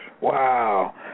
Wow